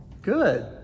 Good